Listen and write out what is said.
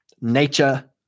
nature